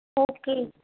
okay